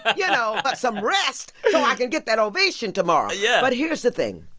yeah know, but some rest so i can get that ovation tomorrow yeah but here's the thing.